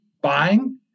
buying